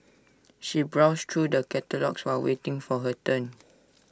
she browsed through the catalogues while waiting for her turn